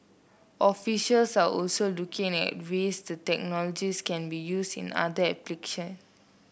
officials are also looking at ways the technologies can be used in other application